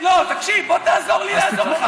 לא, תקשיב, בוא תעזור לי לעזור לך.